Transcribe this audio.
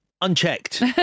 unchecked